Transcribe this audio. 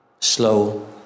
Slow